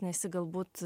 nesi galbūt